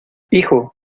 hijo